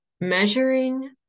measuring